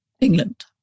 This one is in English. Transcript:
England